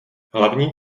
hlavní